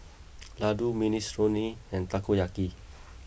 Ladoo Minestrone and Takoyaki